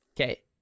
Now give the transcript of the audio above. Okay